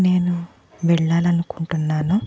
నేను వెళ్ళాలనుకుంటున్నాను